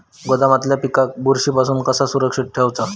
गोदामातल्या पिकाक बुरशी पासून कसा सुरक्षित ठेऊचा?